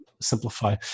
simplify